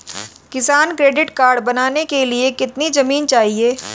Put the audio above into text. किसान credit card बनाने के लिए कितनी जमीन चाहिए?